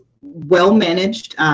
well-managed